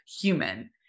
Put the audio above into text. human